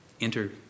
Enter